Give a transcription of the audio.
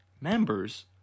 members